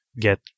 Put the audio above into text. get